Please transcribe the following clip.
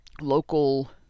local